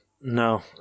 no